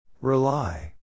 Rely